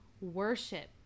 Worship